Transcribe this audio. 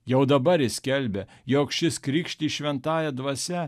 jau dabar jis skelbia jog šis krikštys šventąja dvasia